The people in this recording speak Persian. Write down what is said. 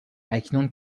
اکنون